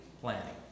planning